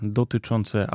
dotyczące